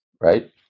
right